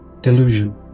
delusion